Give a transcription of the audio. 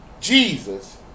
Jesus